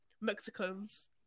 Mexicans